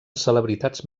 celebritats